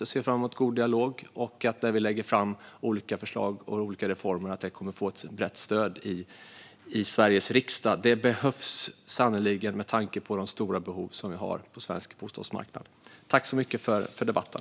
Jag ser fram emot en god dialog och att regeringens reformer och förslag kommer att få brett stöd i Sveriges riksdag. Det behövs sannerligen, med tanke på de stora behoven på svensk bostadsmarknad. Tack för debatten!